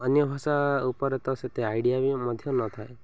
ଅନ୍ୟ ଭାଷା ଉପରେ ତ ସେତେ ଆଇଡ଼ିଆବି ମଧ୍ୟ ନଥାଏ